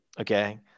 okay